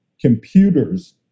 computers